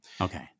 Okay